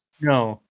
No